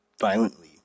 violently